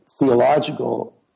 theological